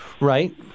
Right